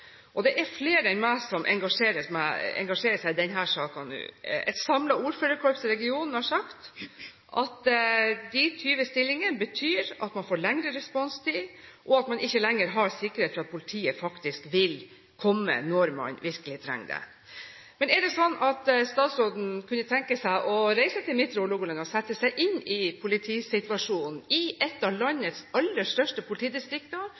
Det er flere enn meg som engasjerer seg i denne saken nå. Et samlet ordførerkorps i regionen har sagt at de 20 stillingene betyr at man får lengre responstid, og at man ikke lenger har sikkerhet for at politiet faktisk vil komme når man virkelig trenger det. Kunne statsråden tenke seg å reise til Midtre Hålogaland og sette seg inn i politisituasjonen i et av landets aller største